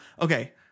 Okay